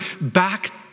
back